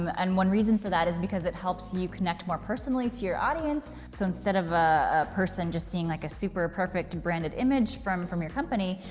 and one reason for that is because it helps you connect more personally to your audience. so instead of a person seeing like a super perfect branded image from from your company,